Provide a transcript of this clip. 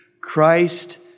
Christ